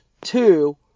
Two